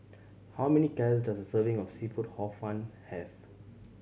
how many calorie does a serving of seafood Hor Fun have